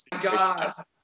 God